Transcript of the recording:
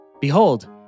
Behold